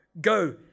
go